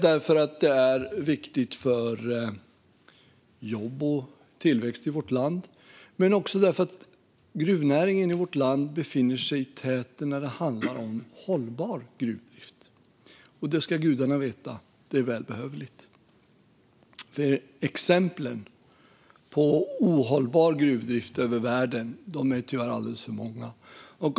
Det är viktigt för jobb och tillväxt i vårt land. Gruvnäringen i vårt land befinner sig dessutom i täten vad gäller hållbar gruvdrift, och det är välbehövligt ska gudarna veta. Exemplen på ohållbar gruvdrift i världen är tyvärr alldeles för många.